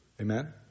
Amen